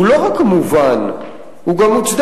הוא לא רק מובן, הוא גם מוצדק.